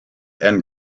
and